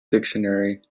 dictionary